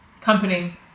Company